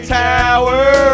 tower